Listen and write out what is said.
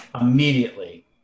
immediately